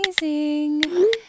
amazing